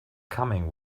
coming